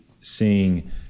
seeing